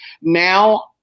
Now